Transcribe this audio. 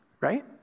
right